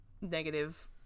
negative